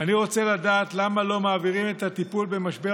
אני רוצה לדעת למה לא מעבירים את הטיפול במשבר